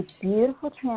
beautiful